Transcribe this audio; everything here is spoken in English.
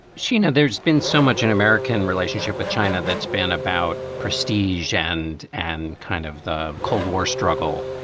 sina, there's been so much an american relationship with china that's been about prestige and and kind of the cold war struggle